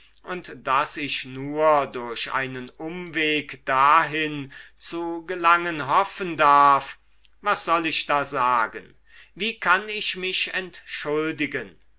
und daß ich nur durch einen umweg dahin zu gelangen hoffen darf was soll ich da sagen wie kann ich mich entschuldigen